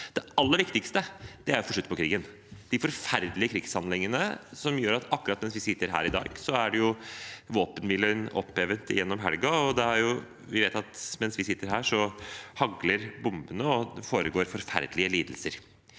Det aller viktigste er å få slutt på krigen og de forferdelige krigshandlingene. Akkurat mens vi sitter her, i dag, er våpenhvilen opphevet gjennom helgen. Vi vet at mens vi sitter her, hagler bombene, og det foregår forferdelige lidelser.